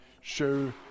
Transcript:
show